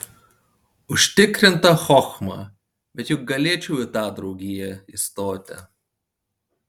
užtikrinta chochma bet juk galėčiau į tą draugiją įstoti